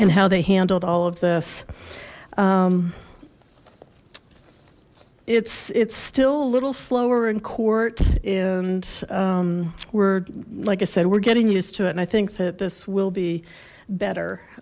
and how they handled all of this it's it's still a little slower in court and we're like i said we're getting used to it and i think that this will be better